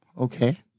Okay